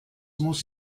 muss